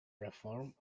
reform